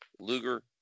Luger